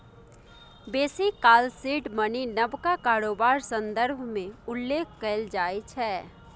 बेसी काल seed money नबका कारोबार संदर्भ मे उल्लेख कएल जाइ छै